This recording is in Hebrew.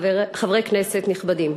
חברי כנסת נכבדים,